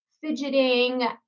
fidgeting